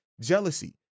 jealousy